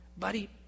buddy